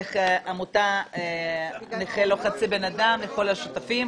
לעמותת נכה לא חצי בן אדם,